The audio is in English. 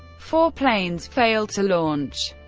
four planes failed to launch,